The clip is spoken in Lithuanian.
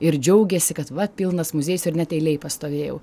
ir džiaugiasi kad vat pilnas muziejus ir net eilėj pastovėjau